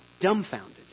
dumbfounded